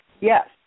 yes